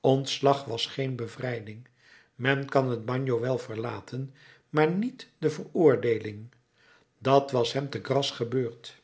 ontslag was geen bevrijding men kan het bagno wel verlaten maar niet de veroordeeling dat was hem te grasse gebeurd